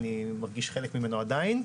אני מרגיש חלק ממנו עדיין,